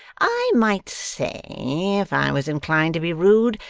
i might say, if i was inclined to be rude,